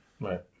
Right